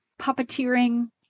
puppeteering